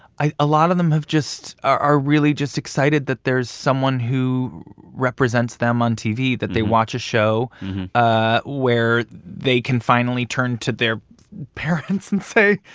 a lot of them have just are really just excited that there's someone who represents them on tv, that they watch a show ah where they can finally turn to their parents and say.